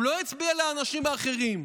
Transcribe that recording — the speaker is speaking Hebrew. הוא הצביע לאנשים האחרים,